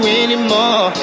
anymore